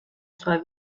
sua